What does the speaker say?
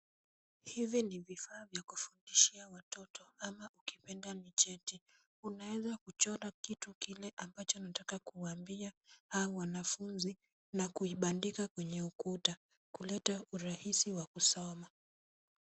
Hivi ni vifaa vya kufundishia watoto ama ukipenda micheti. Unaweza kuchora kitu kile ambacho unataka kuwaambia hao wanafunzi na kubandika kwenye ukuta kuleta urahisi wa kusoma.